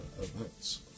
events